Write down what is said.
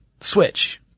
switch